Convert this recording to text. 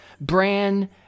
Bran